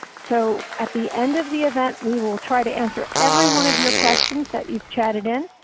so at the end of the event we will try to answer every one of your questions that you've chatted in.